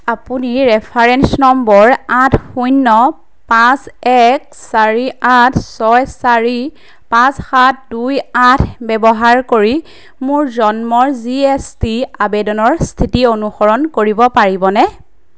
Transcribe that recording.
আপুনি reference number আঠ শূন্য পাঁচ এক চাৰি আঠ ছয় চাৰি পাঁচ সাত দুই আঠ ব্যৱহাৰ কৰি মোৰ জন্মৰ জি এছ টি আবেদনৰ স্থিতি অনুসৰণ কৰিব পাৰিবনে